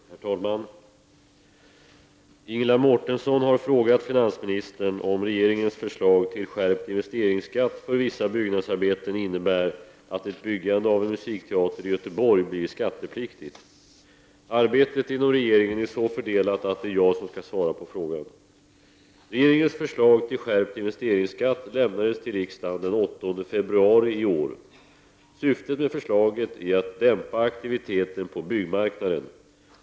Herr talman! Ingela Mårtensson har frågat finansministern om regeringens förslag till skärpt investeringsskatt för vissa byggnadsarbeten innebär att ett byggande av en musikteater i Göteborg blir skattepliktigt. Arbetet inom regeringen är så fördelat att det är jag som skall svara på frågan. Regeringens förslag till skärpt investeringsskatt lämnades till riksdagen den 8 februari i år. Syftet med förslaget är att dämpa aktiviteten på byggmarknaden.